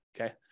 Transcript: Okay